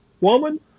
Woman